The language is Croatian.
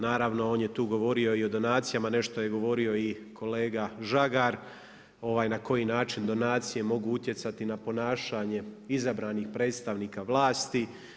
Naravno on je tu govorio i o donacijama, nešto je govorio i kolega Žagar na koji način donacije mogu utjecati na ponašanje izabranih predstavnika vlasti.